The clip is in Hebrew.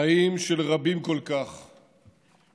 חיים של רבים כל כך שנקטפו.